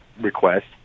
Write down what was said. request